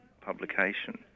publication